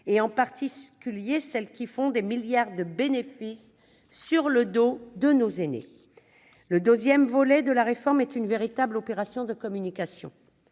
en particulier celles qui font des milliards d'euros de bénéfices sur le dos de nos aînés. Le deuxième volet de la réforme est une véritable opération de communication.